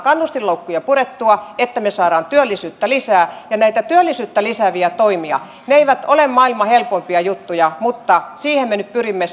kannustinloukkuja purettua jotta me saamme lisää työllisyyttä ja näitä työllisyyttä lisääviä toimia ne eivät ole maailman helpoimpia juttuja mutta siihen me nyt pyrimme